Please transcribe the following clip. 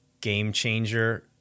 game-changer